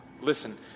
Listen